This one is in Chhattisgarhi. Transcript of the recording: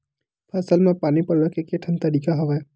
फसल म पानी पलोय के केठन तरीका हवय?